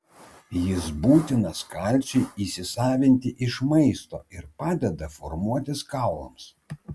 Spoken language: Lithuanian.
jis būtinas kalciui įsisavinti iš maisto ir padeda formuotis kaulams